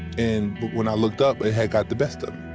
and but when i looked up, it had got the best of